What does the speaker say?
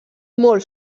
molts